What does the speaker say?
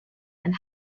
and